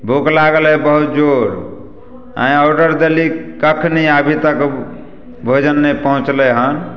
भूख लागल अइ बहुत जोर आँए ऑडर देली कखन अभी तक भोजन नहि पहुँचलै हन